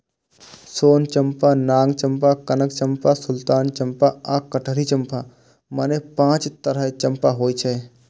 सोन चंपा, नाग चंपा, कनक चंपा, सुल्तान चंपा आ कटहरी चंपा, मने पांच तरहक चंपा होइ छै